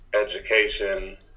education